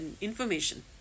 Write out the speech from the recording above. information